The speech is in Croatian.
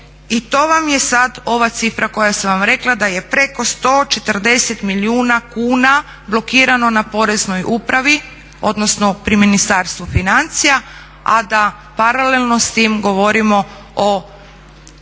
i to vam je sad ova cifra koju sam vam rekla da je preko 140 milijuna kuna blokirano na poreznoj upravi, odnosno pri Ministarstvu financija a da paralelno s tim govorimo o